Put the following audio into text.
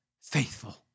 faithful